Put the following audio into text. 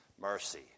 mercy